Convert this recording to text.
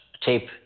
Tape